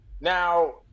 Now